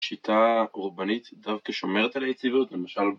שיטה אורבנית דווקא שומרת על היציבות, למשל